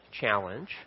challenge